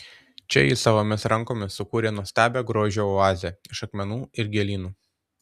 čia ji savomis rankomis sukūrė nuostabią grožio oazę iš akmenų ir gėlynų